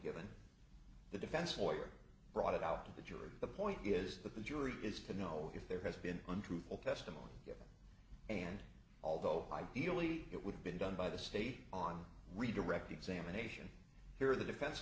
given the defense lawyer brought it out to the jury the point is that the jury is to know if there has been untruthful testimony and although i feel really it would have been done by the state on redirect examination here the defen